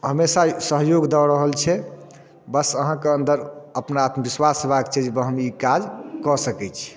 हमेशा सहयोग दऽ रहल छै बस अहाँके अन्दर अपना आत्मविश्वास हेबाके चाही जे हम ई काज कऽ सकै छी